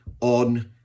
on